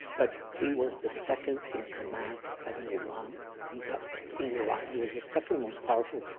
but he was the second in command of an iran in iran. he was the second most powerful.